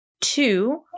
Two